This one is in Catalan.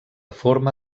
forma